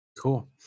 Cool